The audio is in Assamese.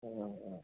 অ অ